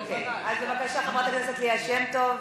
אוקיי, אז בבקשה, חברת הכנסת ליה שמטוב.